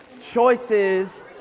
choices